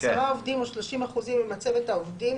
-- 10 עובדים או 30 אחוזים ממצבת העובדים,